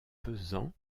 pesant